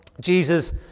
Jesus